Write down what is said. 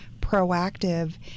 proactive